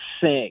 six